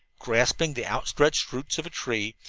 grasping the outstretched roots of a tree,